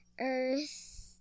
Earth